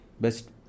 best